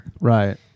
Right